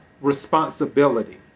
responsibility